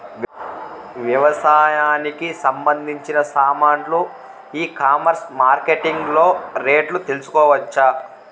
వ్యవసాయానికి సంబంధించిన సామాన్లు ఈ కామర్స్ మార్కెటింగ్ లో రేట్లు తెలుసుకోవచ్చా?